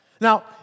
Now